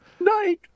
Night